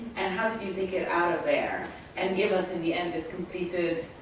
and how did you think it out of there and give us, in the end this completed,